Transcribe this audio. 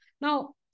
Now